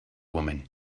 woman